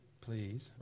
Please